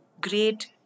great